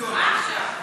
מה עכשיו?